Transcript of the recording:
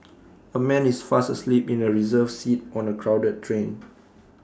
A man is fast asleep in A reserved seat on A crowded train